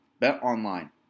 BetOnline